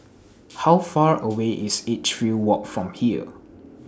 How Far away IS Edgefield Walk from here